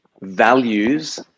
values